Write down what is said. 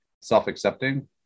self-accepting